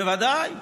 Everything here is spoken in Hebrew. בוודאי.